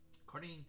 According